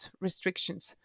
restrictions